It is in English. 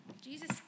Jesus